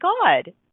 God